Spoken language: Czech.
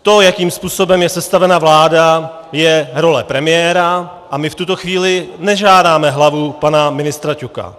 To, jakým způsobem je sestavena vláda, je role premiéra a my v tuto chvíli nežádáme hlavu pana ministra Ťoka.